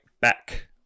back